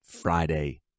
friday